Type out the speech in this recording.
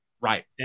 right